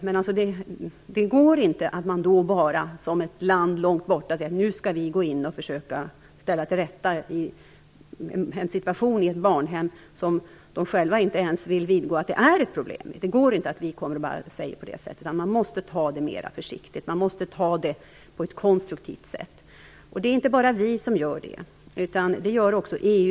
Men ett land som ligger långt borta kan inte bara säga att man skall gå in och försöka ställa till rätta allt på ett barnhem, när landet i fråga inte ens vill vidgå att det är ett problem. Man måste ta det mer försiktigt. Man måste göra något på ett konstruktivt sätt. Det är inte bara vi som gör det. Det gör också EU.